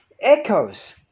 echoes